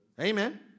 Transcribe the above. Amen